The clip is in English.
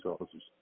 officers